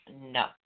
No